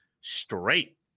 straight